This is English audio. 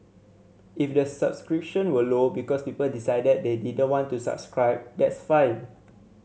if the subscription were low because people decided they didn't want to subscribe that's fine